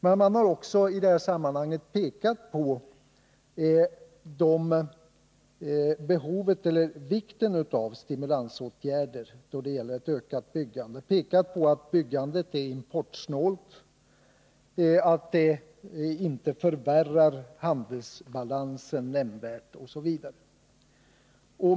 Men man har också i detta sammanhang betonat vikten av stimulansåtgärder då det gäller ett ökat byggande, pekat på att byggande är importsnålt, att det inte försämrar handelsbalansen nämnvärt osv.